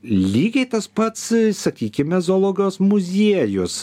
lygiai tas pats sakykime zoologijos muziejus